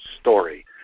story